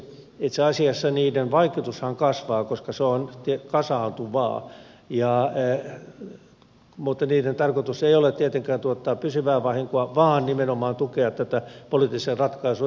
itse asiassa niiden vaikutushan kasvaa koska se on kasaantuvaa mutta niiden tarkoitus ei ole tietenkään tuottaa pysyvää vahinkoa vaan nimenomaan tukea tätä poliittisen ratkaisun etsimistä